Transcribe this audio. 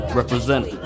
represent